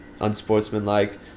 unsportsmanlike